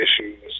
issues